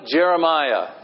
Jeremiah